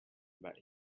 but